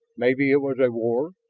maybe it was a war,